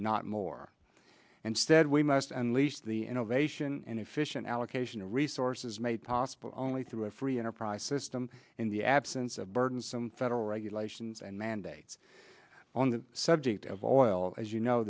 not more and said we must and least the an ovation and efficient allocation of resources made possible only through a free enterprise system in the absence of burdensome federal regulations and mandates on the subject of oil as you know